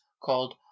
Called